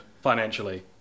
financially